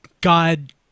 God